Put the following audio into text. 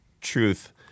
truth